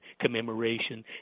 commemoration